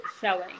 showing